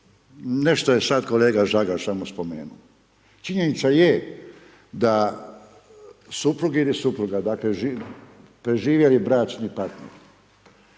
nešto je sad kolega Žagar smo spomenuo. Činjenica je da suprug ili supruga, dakle preživjeli bračni partner